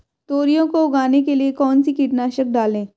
तोरियां को उगाने के लिये कौन सी कीटनाशक डालें?